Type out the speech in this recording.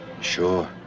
Sure